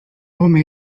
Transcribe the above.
home